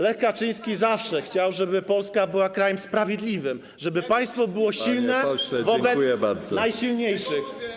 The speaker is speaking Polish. Lech Kaczyński zawsze chciał, żeby Polska była krajem sprawiedliwym, żeby państwo było silne wobec najsilniejszych.